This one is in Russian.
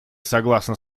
согласна